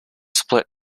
split